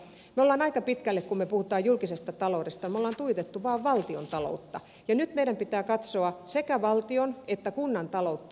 me olemme aika pitkälle kun me puhumme julkisesta taloudesta tuijottaneet vain valtion taloutta ja nyt meidän pitää katsoa sekä valtion että kunnan taloutta